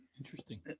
Interesting